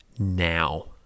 Now